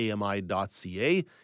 AMI.ca